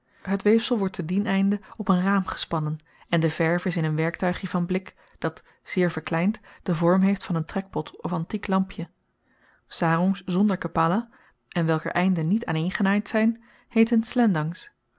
het weefsel wordt te dien einde op n raam gespannen en de verf is in n werktuigje van blik dat zeer verkleind den vorm heeft van n trekpot of antiek lampje sarongs zonder kapala en welker einden niet aan eengenaaid zyn heeten